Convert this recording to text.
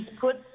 put